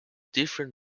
different